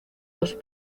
los